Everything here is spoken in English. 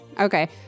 Okay